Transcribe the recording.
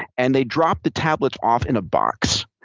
and they dropped the tablets off in a box,